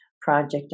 project